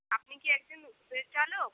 আপনি কি একজন উবের চালক